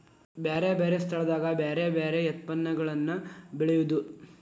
ಬ್ಯಾರೆ ಬ್ಯಾರೆ ಸ್ಥಳದಾಗ ಬ್ಯಾರೆ ಬ್ಯಾರೆ ಯತ್ಪನ್ನಗಳನ್ನ ಬೆಳೆಯುದು